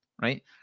right